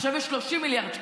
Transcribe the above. עכשיו יש 30 מיליארד שקלים,